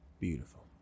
beautiful